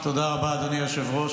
תודה רבה, אדוני היושב-ראש.